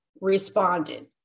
responded